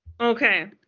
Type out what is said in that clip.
Okay